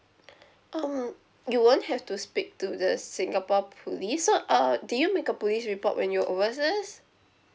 um you won't have to speak to the singapore police so err do you make a police report when you're overseas